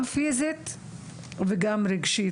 מתכוונת לזה גם מהבחינה הפיזית וגם מהבחינה הרגשית.